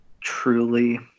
truly